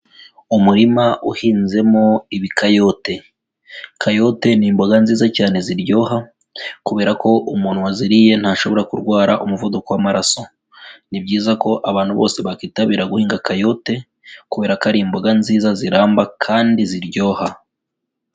Umurima uhinzemo ibikayote, kayote ni imboga nziza cyane ziryoha, kubera ko umuntu waziriye ntashobora kurwara umuvuduko w'amaraso, ni byiza ko abantu bose bakitabira guhinga kayote, kubera ko ari imboga nziza ziramba kandi ziryoha.